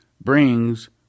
brings